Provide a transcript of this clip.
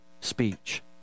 speech